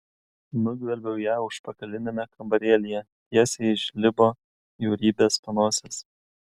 nugvelbiau ją užpakaliniame kambarėlyje tiesiai iš žlibo bjaurybės panosės